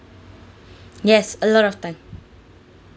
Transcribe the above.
yes a lot of time